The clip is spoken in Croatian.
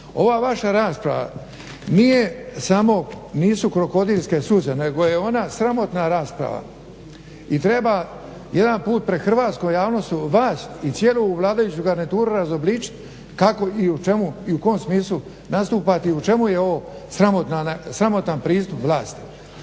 Ova vaša rasprava nije samo nisu krokodilske suze nego je ona sramotna rasprava. I treba jedan put pred hrvatskom javnosti vas i cijelu vladajuću garnituru razobličiti kako i u čemu i u kom smislu nastupate i čemu je ovo sramotan pristup vlasti.